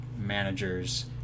managers